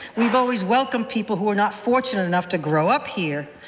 we have always welcomed people who were not fortunate enough to grow up here,